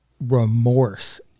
remorse